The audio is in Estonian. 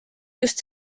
just